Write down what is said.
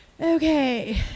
okay